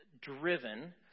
driven